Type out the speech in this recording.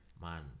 Man